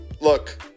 look